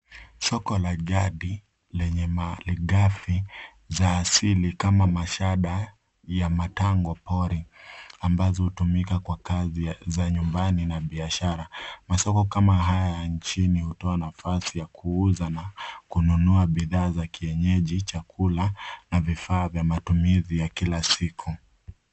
Soko la jadi lenye malighafi za asili kama mashada ya matangopori ambazo hutumika kwa kazi za nyumbani na biashara. Masomo kama haya nchini hutoa nafasi ya kuuza na kununua bidhaa za kienyeji, chakula na vifaa vya matumizi ya kila siku.